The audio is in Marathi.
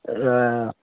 हा